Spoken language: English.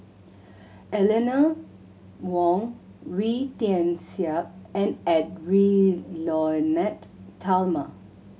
Eleanor Wong Wee Tian Siak and Edwy Lyonet Talma